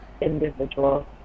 individual